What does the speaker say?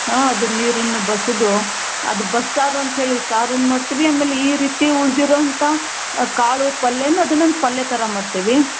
ಆಂ ಅದು ನೀರನ್ನು ಬಸಿದು ಅದು ಬಸ್ಸಾರು ಅಂತೇಳಿ ಸಾರನ್ನ ಮಾಡ್ತೀವಿ ಆಮೇಲೆ ಈ ರೀತಿ ಉಳಿದಿರೋಂಥ ಕಾಳು ಪಲ್ಯಾನ ಅದನ್ನ ಒಂದು ಪಲ್ಯ ಥರ ಮಾಡ್ತೀವಿ